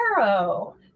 arrow